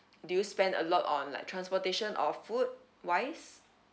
do you spend a lot on like transportation or food wise